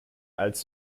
als